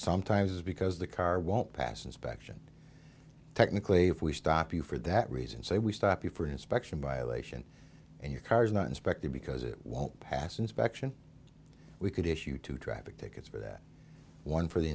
sometimes because the car won't pass inspection technically if we stop you for that reason say we stop you for inspection by lation and your car is not inspected because it won't pass inspection we could issue two traffic tickets for that one for the